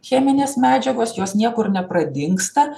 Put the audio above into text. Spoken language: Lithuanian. cheminės medžiagos jos niekur nepradingsta